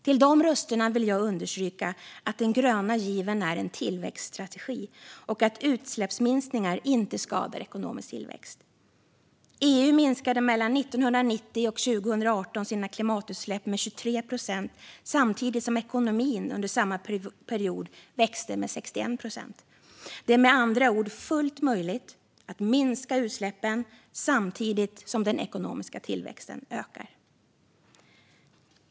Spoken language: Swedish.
Till de rösterna vill jag understryka att den gröna given är en tillväxtstrategi och att utsläppsminskningar inte skadar ekonomisk tillväxt. EU minskade mellan 1990 och 2018 sina klimatutsläpp med 23 procent samtidigt som ekonomin under samma period växte med 61 procent. Det är med andra ord fullt möjligt att minska utsläppen samtidigt som den ekonomiska tillväxten ökar.